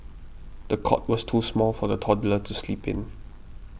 the cot was too small for the toddler to sleep in